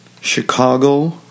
Chicago